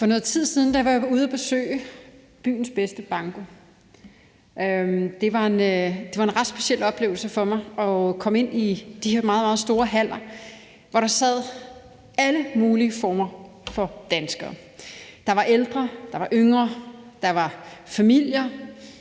For noget tid siden var jeg ude at besøge Byens Bedste Banko, og det var en ret speciel oplevelse for mig at komme ind i de her meget, meget store haller, hvor der sad alle mulige former for danskere. Der var ældre, der var yngre, der var familier,